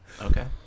Okay